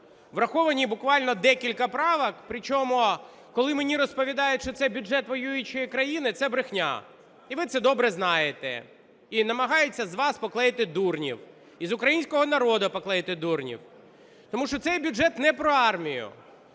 Враховані буквально декілька правок, причому коли ми мені розповідають, що це бюджет воюючої країни, – це брехня, і ви це добре знаєте, і намагаються з вас поклеїти дурнів, і з українського народу поклеїти дурнів. Тому що цей бюджет не про армію.